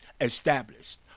established